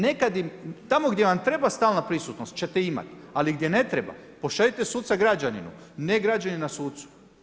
Neka, tamo gdje vam treba stalna prisutnost ćete imati, ali gdje ne treba, pošaljite suca građaninu, ne građanin na sucu.